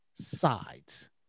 sides